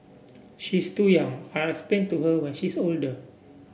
she's too young I'll explain to her when she's older